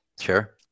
Sure